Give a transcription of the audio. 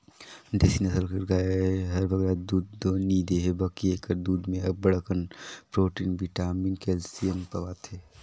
देसी नसल कर गाय हर बगरा दूद दो नी देहे बकि एकर दूद में अब्बड़ अकन प्रोटिन, बिटामिन, केल्सियम पवाथे